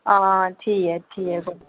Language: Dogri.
हां ठीक ऐ ठीक ऐ